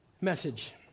message